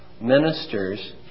ministers